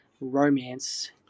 romance